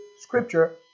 scripture